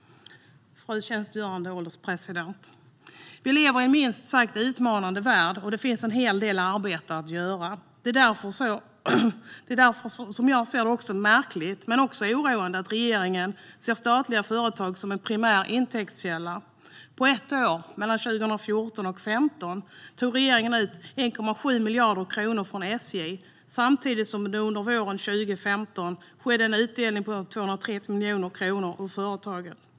Fru ålderspresident! Vi lever i en minst sagt utmanande värld, och det finns en hel del arbete att göra. Det är därför som jag ser det som märkligt men också oroande att regeringen ser statliga företag som en primär intäktskälla. På ett år, mellan 2014 och 2015, tog regeringen ut 1,7 miljarder kronor från SJ. Våren 2015 skedde en utdelning på 230 miljoner kronor från företaget.